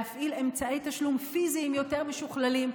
להפעיל אמצעי תשלום פיזיים יותר משוכללים,